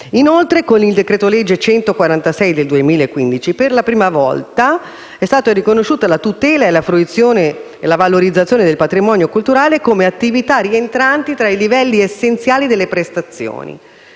Inoltre, con il decreto-legge n. 146 del 2015, per la prima volta, sono state riconosciute la tutela, la fruizione e la valorizzazione del patrimonio culturale come attività rientranti tra i livelli essenziali delle prestazioni,